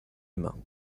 main